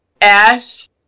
Ash